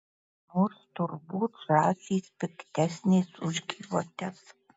nors turbūt žąsys piktesnės už gyvates